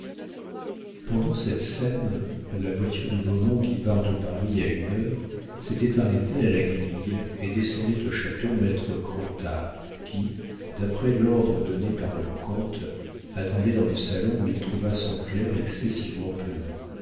pendant cette scène la voiture de beaumont qui part de paris à une heure s'était arrêtée à la grille et descendait au château maître crottat qui d'après l'ordre donné par le comte attendait dans le salon où il trouva son clerc excessivement penaud